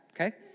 okay